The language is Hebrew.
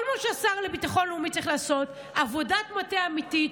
כל מה שהשר לביטחון לאומי צריך לעשות זה עבודת מטה אמיתית.